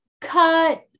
cut